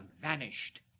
Vanished